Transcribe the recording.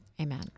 amen